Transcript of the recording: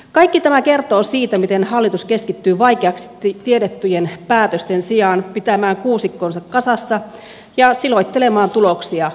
kaikki tämä kertoo siitä miten hallitus keskittyy vaikeaksi tiedettyjen päätösten sijaan pitämään kuusikkonsa kasassa ja silottelemaan tuloksia ulospäin